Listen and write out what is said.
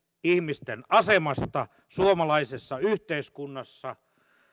ihmisten asemasta suomalaisessa yhteiskunnassa